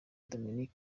dominic